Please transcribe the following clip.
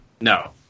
No